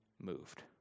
moved